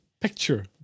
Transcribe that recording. picture